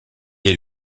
est